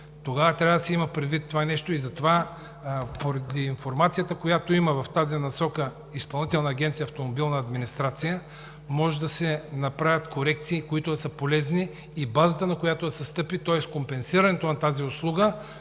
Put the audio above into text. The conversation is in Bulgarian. тогава трябва да се има предвид това нещо. Затова поради информацията, която има в тази насока в Изпълнителна агенция „Автомобилна администрация“, може да се направят корекции, които да са полезни, и базата, на която да се стъпи, тоест компенсирането на тази услуга,